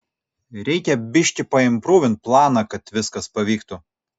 reikia biškį paimprūvint planą kad viskas pavyktų